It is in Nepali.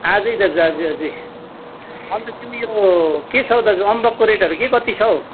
आजै दाजु आजै आजै अन्त त्यो पनि यो के छ हौ दाजु अम्बकको रेटहरू के कति छ हौ